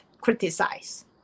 criticize